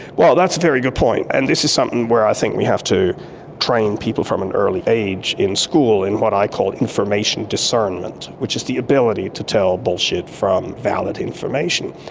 well, that's a very good point, and this is something where i think we have to train people from an early age in school in what i call information discernment, which is the ability to tell bullshit from valid information.